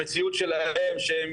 המציאות שלהן שהן